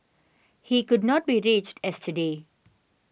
he could not be reached yesterday